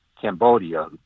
Cambodia